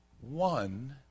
one